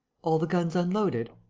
all the guns unloaded?